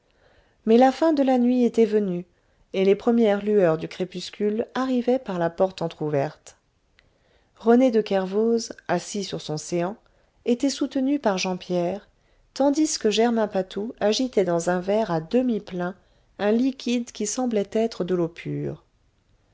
mais la fin de la nuit était venue et les premières lueurs du crépuscule arrivaient par la porte entr'ouverte rené de kervoz assis sur son séant était soutenu par jean pierre tandis que germain patou agitait dans un verre à demi plein un liquide qui semblait être de l'eau pure